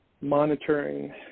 monitoring